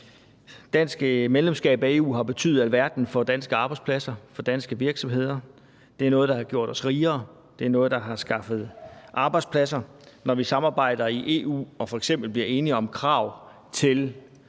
Dansk medlemskab af EU har betydet alverden for danske arbejdspladser, for danske virksomheder, det er noget, der har gjort os rigere, det er noget, der har skaffet arbejdspladser. Når vi samarbejder i EU og f.eks. bliver enige om krav til